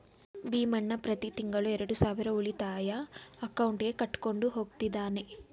ಭೀಮಣ್ಣ ಪ್ರತಿ ತಿಂಗಳು ಎರಡು ಸಾವಿರ ಉಳಿತಾಯ ಅಕೌಂಟ್ಗೆ ಕಟ್ಕೊಂಡು ಹೋಗ್ತಿದ್ದಾನೆ